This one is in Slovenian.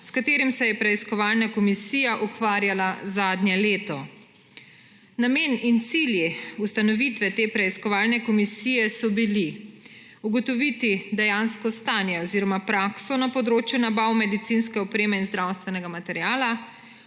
s katerim se je preiskovalna komisija ukvarjala zadnje leto. Namen in cilji ustanovitve te preiskovalne komisije so bili: ugotoviti dejansko stanje oziroma prakso na področju nabav medicinske opreme in zdravstvenega materiala,